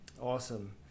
awesome